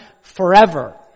forever